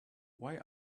why